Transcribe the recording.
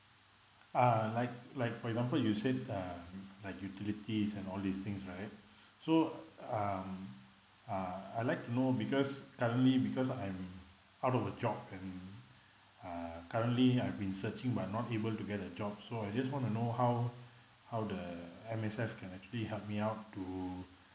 uh like like for example you said um like utilities and all these things right so um uh I'd like to know because currently because I'm out of a job and uh currently I've been searching but not able to get a job so I just want to know how how the M_S_F can actually help me out to